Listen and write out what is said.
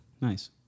Nice